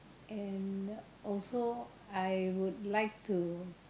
and also I would like to